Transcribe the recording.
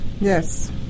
Yes